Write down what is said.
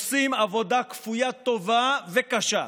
עושים עבודה כפוית טובה וקשה.